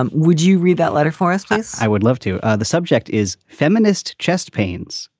and would you read that letter for us, please? i would love to. the subject is feminist chest pains.